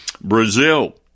Brazil